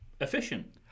efficient